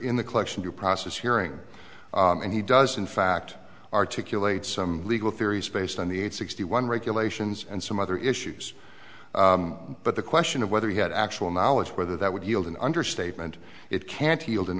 in the collection due process hearing and he does in fact articulate some legal theories based on the age sixty one regulations and some other issues but the question of whether he had actual knowledge whether that would yield an understatement it can't heald an